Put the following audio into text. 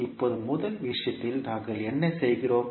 இப்போது முதல் விஷயத்தில் நாங்கள் என்ன செய்கிறோம்